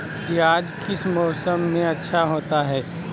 प्याज किस मौसम में अच्छा होता है?